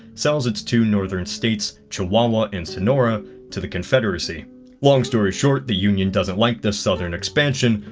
sells its two northern states chihuahua and sonora to the confederacy long story short the union doesn't like the southern expansion.